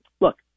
look